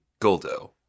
Goldo